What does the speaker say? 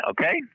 Okay